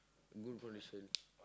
boots or the shoe